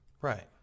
Right